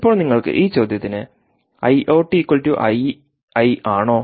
ഇപ്പോൾ നിങ്ങൾക്ക് ഈ ചോദ്യത്തിന് ഐ ഔട്ട് ഐഇൻആണോ